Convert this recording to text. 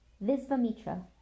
Visvamitra